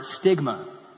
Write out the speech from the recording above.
stigma